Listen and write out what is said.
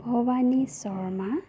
Bhabani Sharma